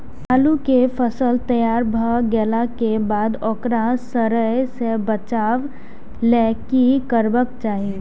आलू केय फसल तैयार भ गेला के बाद ओकरा सड़य सं बचावय लेल की करबाक चाहि?